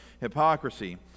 hypocrisy